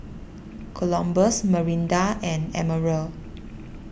Columbus Marinda and Emerald